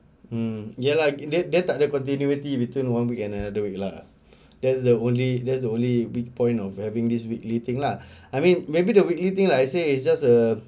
mm ya lah dia dia takde continuity between one week and another week lah that's the only that's the only weak point of having this weekly thing lah I mean maybe the weekly thing like I say it's just a